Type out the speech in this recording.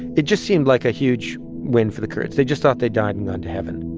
it just seemed like a huge win for the kurds. they just thought they'd died and gone to heaven.